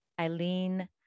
Eileen